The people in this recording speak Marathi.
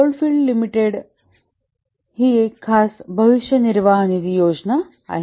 कोलफील्ड लिमिटेडसाठी ही एक खास भविष्य निर्वाह निधी योजना आहे